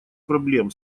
проблем